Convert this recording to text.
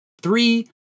three